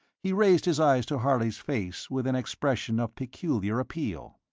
he raised his eyes to harley's face with an expression of peculiar appeal.